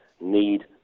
need